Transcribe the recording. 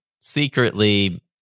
secretly